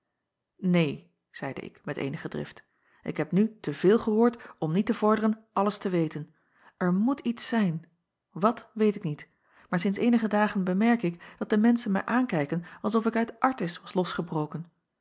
een zeide ik met eenige drift ik heb nu te veel gehoord om niet te vorderen alles te weten r moet iets zijn wat weet ik niet maar sinds eenige dagen bemerk ik dat de menschen mij aankijken als of ik uit rtis was losgebroken